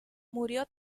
murió